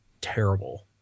terrible